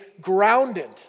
grounded